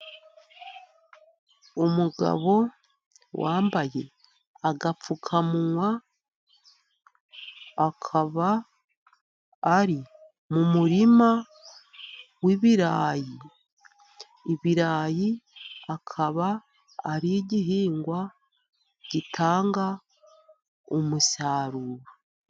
Umugabo wambaye agapfukamunwa, akaba ari mu murima w'ibirayi. Ibirayi akaba ari igihingwa gitanga umusaruro.